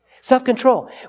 Self-control